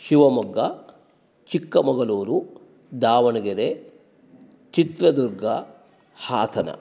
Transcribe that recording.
Shivamogga Chikkamagaluru Davanagere Chitradurga Hassan